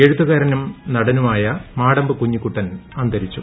എഴുത്തുകാരനും നടനുമായ മാടമ്പ് കുഞ്ഞിക്കുട്ടൻ അന്തരിച്ചു